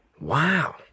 Wow